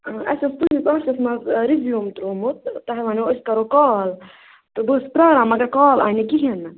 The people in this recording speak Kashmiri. اَسہِ اوس تُہٕنٛدِس آفسَس منٛز رِزیوٗم ترٛوومُت تۄہہِ وَنٮ۪و أسۍ کَرو کال تہٕ بہٕ ٲس پرٛاران مگر کال آیہِ نہٕ کِہیٖنٛۍ نہٕ